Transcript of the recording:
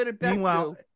Meanwhile